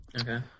okay